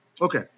Okay